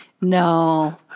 No